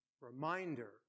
Reminder